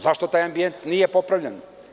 Zašto taj ambijent nije popravljen?